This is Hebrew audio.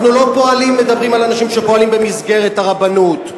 אנחנו לא מדברים על אנשים שפועלים במסגרת הרבנות.